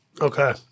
Okay